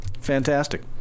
Fantastic